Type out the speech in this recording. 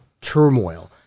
turmoil